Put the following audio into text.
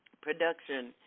production